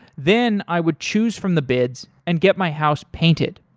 then i would choose from the bids and get my house painted.